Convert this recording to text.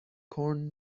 کورن